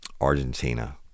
Argentina